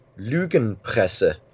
Lügenpresse